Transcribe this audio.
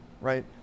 right